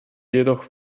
jedoch